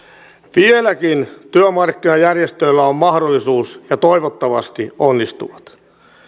vieläkin työmarkkinajärjestöillä on mahdollisuus ja toivottavasti onnistuvat